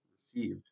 received